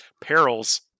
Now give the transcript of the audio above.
perils